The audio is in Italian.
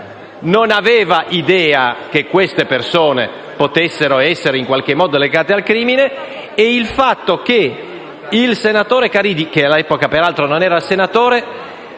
non aveva idea che queste persone potessero essere, in qualche modo, legate al crimine, mentre al senatore Caridi, che all'epoca peraltro non era senatore,